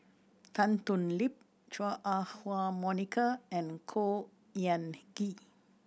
Tan Thoon Lip Chua Ah Huwa Monica and Khor Ean Ghee